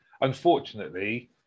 unfortunately